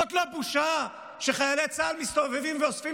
זאת לא בושה שחיילי צה"ל מסתובבים ואוספים